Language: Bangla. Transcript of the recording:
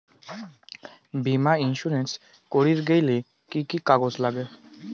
বীমা ইন্সুরেন্স করির গেইলে কি কি কাগজ নাগে?